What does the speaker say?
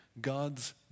God's